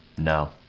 no